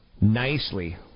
nicely